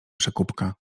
przekupka